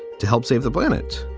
to help save the planet.